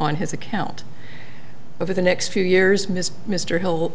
on his account over the next few years mr mr hill